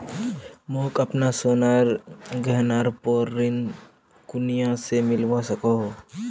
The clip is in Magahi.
मोक अपना सोनार गहनार पोर ऋण कुनियाँ से मिलवा सको हो?